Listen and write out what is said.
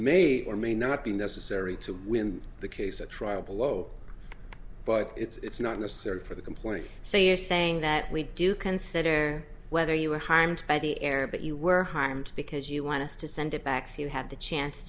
may or may not be necessary to win the case at trial below but it's not necessary for the complaint so you're saying that we do consider whether you were harmed by the error but you were harmed because you want us to send it back so you had the chance